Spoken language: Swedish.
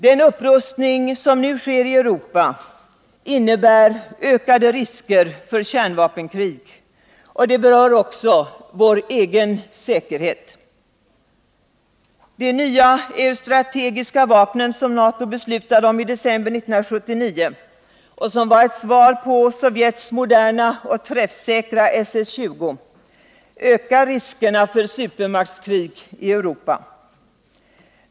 Den upprustning som nu sker i Europa innebär ökade risker för kärnvapenkrig — och det berör också vår egen säkerhet. De nya eurostrategiska vapnen som NATO beslutade om i december 1979 och som var ett svar på Sovjets moderna och träffsäkra SS 20 ökar riskerna för supermaktskrig i Europa.